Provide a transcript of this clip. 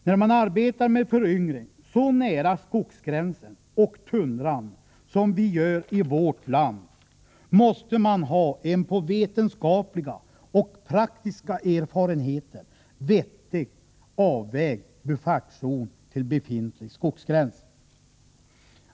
När man arbetar med föryngring så nära skogsgränsen och tundran som vi gör i vårt land måste man ha en på vetenskapliga och praktiska erfarenheter vettigt avvägd buffertzon till befintlig skogsgräns.